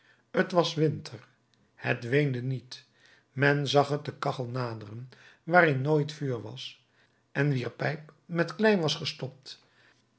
t was winter het weende niet men zag het de kachel naderen waarin nooit vuur was en wier pijp met klei was gestopt